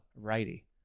righty